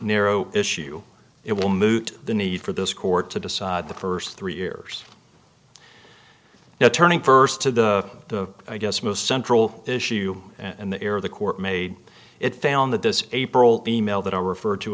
narrow issue it will moot the need for this court to decide the first three years now turning first to the i guess most central issue and the error of the court made it found that this april e mail that i referred to